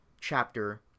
chapter